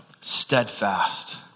Steadfast